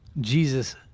Jesus